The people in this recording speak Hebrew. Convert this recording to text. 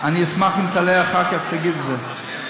אשמח אם תעלה אחר כך, תגיד את זה.